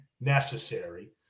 necessary